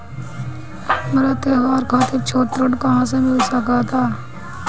हमरा त्योहार खातिर छोट ऋण कहाँ से मिल सकता?